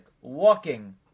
Walking